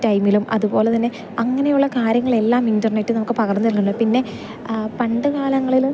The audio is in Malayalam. ടൈമിലും അത്പോലെ തന്നെ അങ്ങനെയുള്ള കാര്യങ്ങൾ എല്ലാം ഇൻ്റർനെറ്റ് നമുക്ക് പകർന്ന് തരാൻ ഉണ്ട് പിന്നെ പണ്ട് കാലങ്ങളിൽ